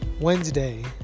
Wednesday